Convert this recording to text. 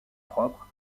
propre